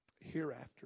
hereafter